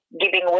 giving